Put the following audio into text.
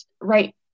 right